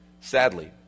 Sadly